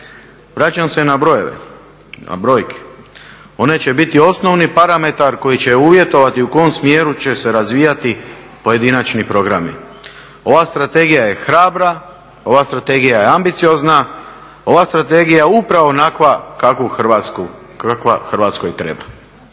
Vraćam se na brojke, one će biti osnovni parametar u kojem će uvjetovati u kom smjeru će se razvijati pojedinačni programi. Ova strategija je hrabra, ova strategija je ambiciozna, ova strategija je upravo onakva kakva Hrvatskoj treba.